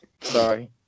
Sorry